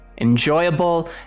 Enjoyable